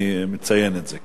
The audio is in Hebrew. אני מציין את זה.